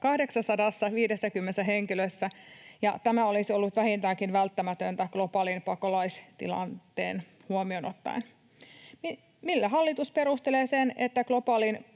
850 henkilössä, ja tämä olisi ollut vähintäänkin välttämätöntä globaali pakolaistilanne huomioon ottaen. Millä hallitus perustelee sen, että globaalin